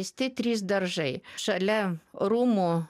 visi trys daržai šalia rūmų